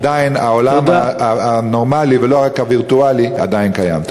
העולם הנורמלי ולא רק הווירטואלי עדיין קיים.